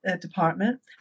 department